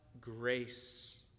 grace